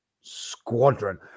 Squadron